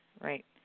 right